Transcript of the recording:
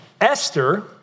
Esther